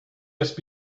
just